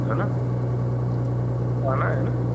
है ना तो आना है ना